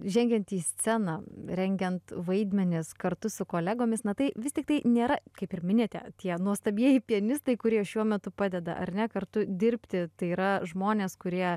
žengiant į sceną rengiant vaidmenis kartu su kolegomis na tai vis tiktai nėra kaip ir minite tie nuostabieji pianistai kurie šiuo metu padeda ar ne kartu dirbti tai yra žmonės kurie